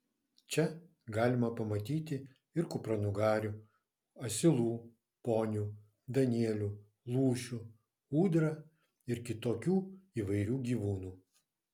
čia galima pamatyti ir kupranugarių asilų ponių danielių lūšių ūdrą ir kitokių įvairių gyvūnų